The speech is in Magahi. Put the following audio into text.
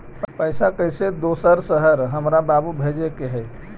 पैसा कैसै दोसर शहर हमरा बाबू भेजे के है?